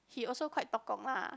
he also quite Tok-gong lah